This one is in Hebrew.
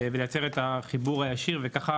ולייצר את החיבור הישיר וככה